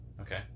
Okay